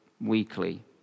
weekly